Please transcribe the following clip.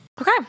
Okay